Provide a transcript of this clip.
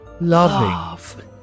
loving